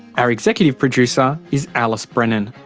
our executive producer is alice brennan.